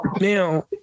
Now